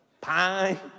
Pine